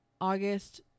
august